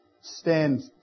stand